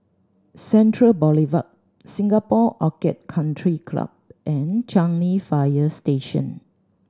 Central Boulevard Singapore Orchid Country Club and Changi Fire Station